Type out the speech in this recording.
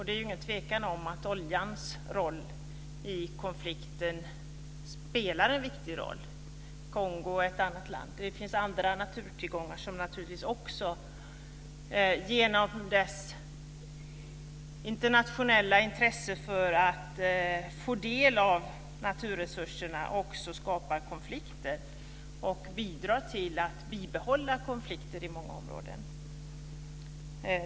Det är ingen tvekan om att oljan i konflikten spelar en viktig roll. Kongo är ett annat sådant land. Det finns andra naturtillgångar som på grund av det internationella intresset för att få del av dem också skapar konflikter och bidrar till att bibehålla konflikterna i många områden.